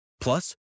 Plus